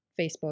Facebook